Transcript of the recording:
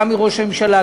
גם מראש הממשלה,